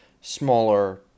smaller